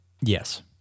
Yes